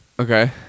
Okay